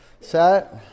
Set